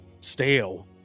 stale